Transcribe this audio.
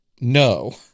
no